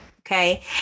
Okay